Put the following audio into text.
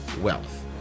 wealth